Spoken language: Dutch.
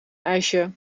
ijsje